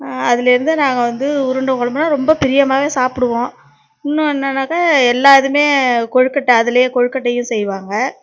அதுலேருந்து நாங்கள் வந்து உருண்ட குழம்புனா ரொம்ப பிரியமாகவே சாப்பிடுவோம் இன்னும் என்னானாக்கா எல்லா இதுவூமே கொழுக்கட்டை அதில் கொழுக்கட்டையும் செய்வாங்க